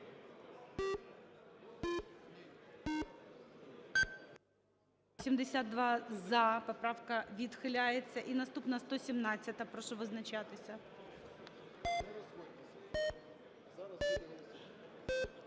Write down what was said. За-72 Поправка відхиляється. І наступна 117-а. Прошу визначатися.